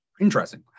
Interesting